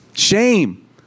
shame